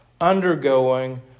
undergoing